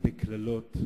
הרבה קללות,